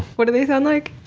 what do they sound like?